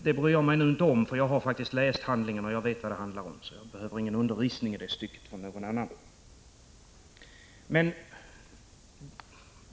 Jag har dock ingen anledning att ta åt mig — jag har faktiskt läst in handlingarna, vet vad ärendet handlar om och behöver ingen undervisning av någon annan i det stycket.